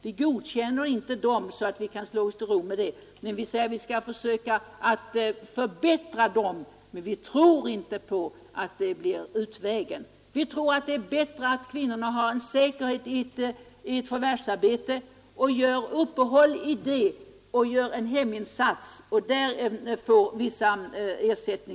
Vi godkänner inte dessa och anser inte att man kan slå sig till ro med dem. Vi skall försöka förbättra dem, men vi tror inte att detta är utvägen. Vi menar att kvinnorna bör ha en säkerhet i sitt förvärvsarbete, så att de får viss ersättning även om de gör uppehåll i detta för att utföra en insats i hemmet.